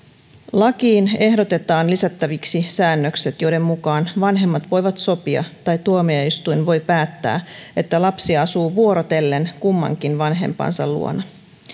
lakiin ehdotetaan lisättäväksi säännökset joiden mukaan vanhemmat voivat sopia tai tuomioistuin voi päättää että lapsi asuu vuorotellen kummankin vanhempansa luona